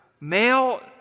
male